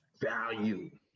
value